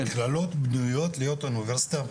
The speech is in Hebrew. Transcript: המכללות בנויות להיות אוניברסיטה,